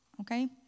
okay